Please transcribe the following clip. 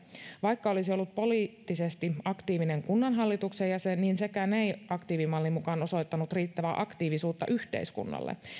vaikka olisi ollut poliittisesti aktiivinen kunnanhallituksen jäsen sekään ei aktiivimallin mukaan osoittanut riittävää aktiivisuutta yhteiskunnalle